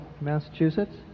massachusetts